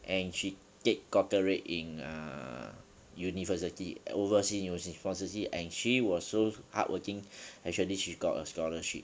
and she take doctorate in uh university overseas university fortunately and she was so hardworking actually she got a scholarship